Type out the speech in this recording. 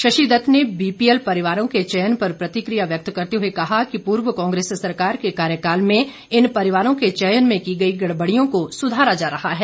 शशि दत्त ने बीपीएल परिवारों के चयन पर प्रतिक्रिया व्यक्त करते हुए कहा कि पूर्व कांग्रेस सरकार के कार्यकाल में इन परिवारों के चयन में की गई गड़बड़ियों को सुधारा जा रहा है